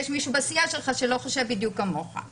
יש מישהו בסיעה שלך שלא חושב בדיוק כמוך,